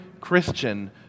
Christian